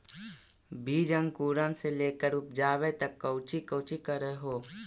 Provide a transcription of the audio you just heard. बीज अंकुरण से लेकर उपजाबे तक कौची कौची कर हो?